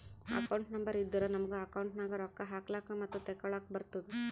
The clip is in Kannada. ಅಕೌಂಟ್ ನಂಬರ್ ಇದ್ದುರೆ ನಮುಗ ಅಕೌಂಟ್ ನಾಗ್ ರೊಕ್ಕಾ ಹಾಕ್ಲಕ್ ಮತ್ತ ತೆಕ್ಕೊಳಕ್ಕ್ ಬರ್ತುದ್